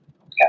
Okay